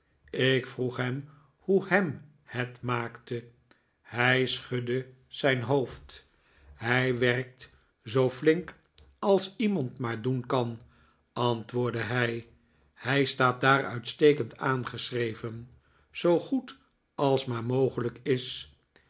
ik vroeg hem hoe ham het maakte hij schudde zijn hoofd hij werkt zoo flink als iemand maar doen kan antwoordde hij hij staat daar uitstekend aangeschreven zoo goed als maar mogelijk is